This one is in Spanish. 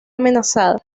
amenazada